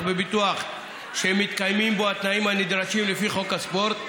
בביטוח שמתקיימים בו התנאים הנדרשים לפי חוק הספורט,